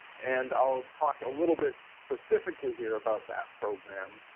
and i'll talk a little bit specifically here about that program.